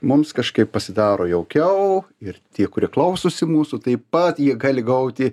mums kažkaip pasidaro jaukiau ir tie kurie klausosi mūsų taip pat jie gali gauti